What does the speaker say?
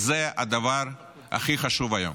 זה הדבר הכי חשוב היום.